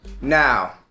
Now